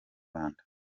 rwanda